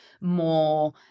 more